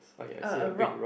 a a rock